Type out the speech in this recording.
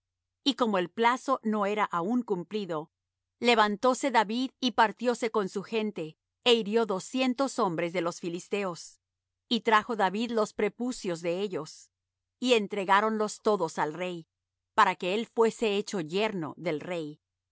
y como el plazo no era aún cumplido levantóse david y partióse con su gente é hirió doscientos hombres de los filisteos y trajo david los prepucios de ellos y entregáronlos todos al rey para que él fuese hecho yerno del rey